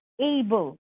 able